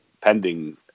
pending